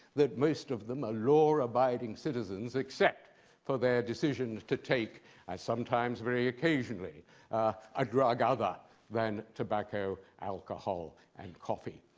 that most of the law abiding citizens, except for their decision to take and sometimes very occasionally a drug other than tobacco, alcohol, and coffee.